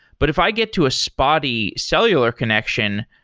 but if i get to a spotty cellular connection,